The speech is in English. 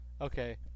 Okay